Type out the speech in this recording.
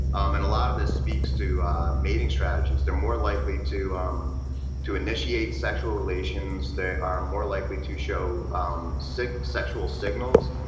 um and a lot of this speaks to mating strategies. they are more like to um to initiate sexual relations, they are more likely to show um so sexual signals.